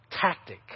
tactic